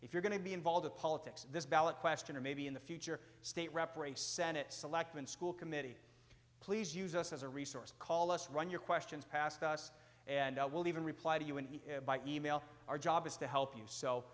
if you're going to be involved in politics this ballot question or maybe in the future state rep or a senate selectman school committee please use us as a resource call us run your questions past us and we'll even reply to you by email our job is to help you so